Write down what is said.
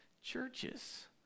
churches